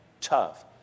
tough